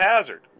hazard